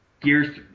Gears